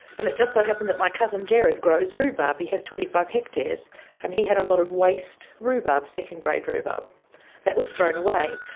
and it just so happens that my cousin gerard grows rhubarb. he has twenty five hectares, and he had a lot of waste rhubarb, second-grade rhubarb that was thrown away.